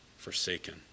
Forsaken